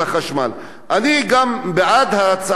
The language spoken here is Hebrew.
אני גם בעד ההצעה של חבר הכנסת שנאן,